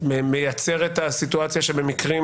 מייצר את הסיטואציה שבמקרים